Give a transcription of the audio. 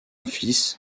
fils